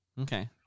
Okay